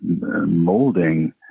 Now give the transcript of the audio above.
molding